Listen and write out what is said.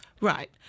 right